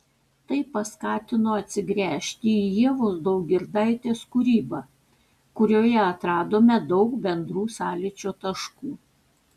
tai paskatino atsigręžti į ievos daugirdaitės kūrybą kurioje atradome daug bendrų sąlyčio taškų